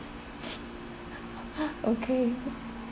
okay